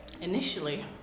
Initially